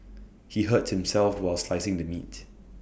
he hurt himself while slicing the meat